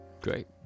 great